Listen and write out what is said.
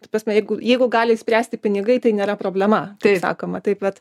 ta prasme jeigu jeigu gali išspręsti pinigai tai nėra problema taip sakoma taip vat